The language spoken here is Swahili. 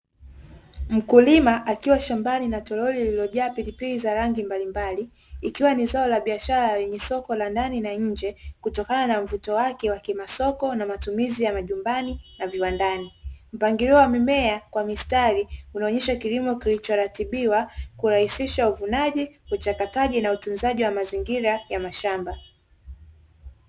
Mkulima akiwa shambani na toroli lililojaa pilipili za rangi mbalimbali, ikiwa ni zao la biashara lenye soko la ndani na nje kutokana na mvuto wake wa kimasoko na matumizi ya majumbani na viwandani. Mpangilio wa mimea kwa mistari, unaonyesha kilimo kilichoratibiwa, kurahisisha uvunaji, uchakataji na utunzaji wa mazingira ya mashamba.